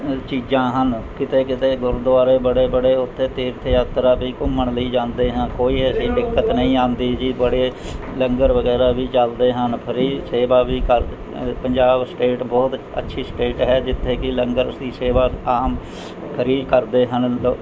ਚੀਜ਼ਾਂ ਹਨ ਕਿਤੇ ਕਿਤੇ ਗੁਰਦੁਆਰੇ ਬੜੇ ਬੜੇ ਉੱਥੇ ਤੀਰਥ ਯਾਤਰਾ ਵੀ ਘੁੰਮਣ ਲਈ ਜਾਂਦੇ ਹਾਂ ਕੋਈ ਐਸੀ ਦਿੱਕਤ ਨਹੀਂ ਆਉਂਦੀ ਜੀ ਬੜੇ ਲੰਗਰ ਵਗੈਰਾ ਵੀ ਚੱਲਦੇ ਹਨ ਫ੍ਰੀ ਸੇਵਾ ਵੀ ਕਰ ਪੰਜਾਬ ਸਟੇਟ ਬਹੁਤ ਅੱਛੀ ਸਟੇਟ ਹੈ ਜਿੱਥੇ ਕਿ ਲੰਗਰ ਦੀ ਸੇਵਾ ਆਮ ਫਰੀ ਕਰਦੇ ਹਨ